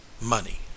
money